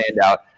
standout